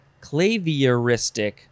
clavieristic